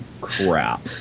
crap